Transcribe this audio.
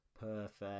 Perfect